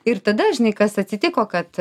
ir tada žinai kas atsitiko kad